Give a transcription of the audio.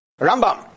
Rambam